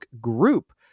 group